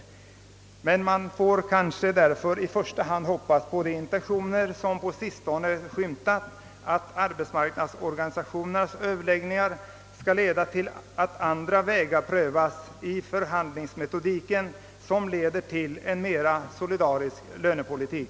Man får kanske därför i första hand hoppas på de intentioner som på sistone skymtat, att arbetsmarknadsorganisationernas Ööverläggningar skall leda till att andra vägar prövas i förhandlingsmetodiken, vilka leder till en mera solidarisk lönepolitik.